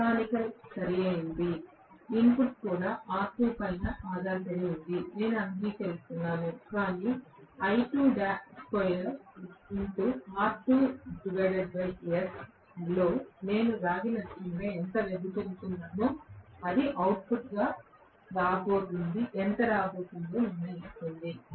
mechanical సరియైనది input కూడా R2 పై ఆధారపడి ఉంటుంది నేను అంగీకరిస్తున్నాను కానీ లో నేను రాగి నష్టంగా ఎంత వెదజల్లుతున్నానో అది అవుట్పుట్గా ఎంత రాబోతుందో నిర్ణయిస్తుంది